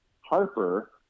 Harper